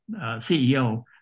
CEO